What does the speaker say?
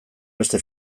beste